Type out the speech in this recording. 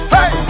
Hey